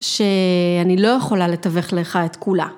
‫שאני לא יכולה לתווך לך את כולה.